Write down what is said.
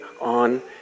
on